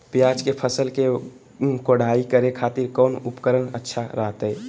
प्याज के फसल के कोढ़ाई करे खातिर कौन उपकरण अच्छा रहतय?